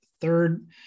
third